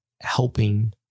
helping